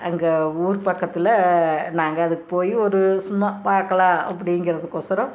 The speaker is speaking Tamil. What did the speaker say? அங்கே ஊர் பக்கத்தில் நாங்கள் அதுக்கு போய் ஒரு சும்மா பார்க்கலாம் அப்படிங்கிறதுக்கொசரம்